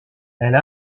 elle